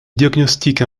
diagnostique